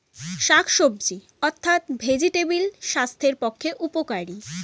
শাকসবজি অর্থাৎ ভেজিটেবল স্বাস্থ্যের পক্ষে উপকারী